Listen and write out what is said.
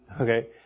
okay